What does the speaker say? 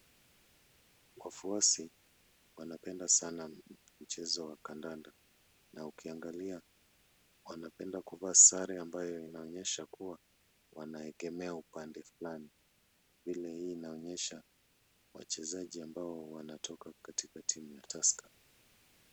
Wafuazi wanapenda sana mchezo wa kandanda na ukiangalia wanapenda kuvaa sare ambayo inaonyesha kuwa wanaekemea upande fulani, hila hii inaonyesha wachezaji ambao wanatoka katika timu ya tusker .